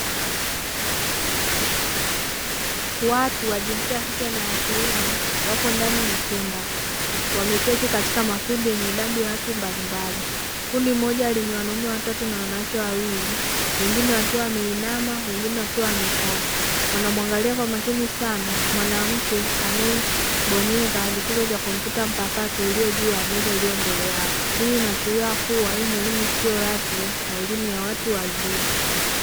Watu wa jinsia ya kike na ya kiume wapo ndani ya chumba wameketi katika makundi yenye idadi ya watu mbalimbali. Kundi moja lenye wanaume watatu na wanawake wawili wengine wakiwa wameinama wengine wakiwa wamekaa, wanamwangalia kwa makini sana mwanamke anayebonyeza vitufe vya kompyuta mpakato iliyo juu ya meza iliyo mbele yao. Hii inaashiria kuwa hii ni elimu isiyo rasmi na elimu ya watu wazima.